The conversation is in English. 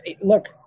look